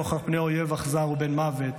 נוכח פני אויב אכזר ובן מוות,